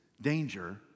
danger